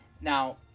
now